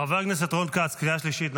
חבר הכנסת רון כץ, קריאה שלישית.